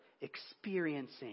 experiencing